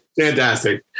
Fantastic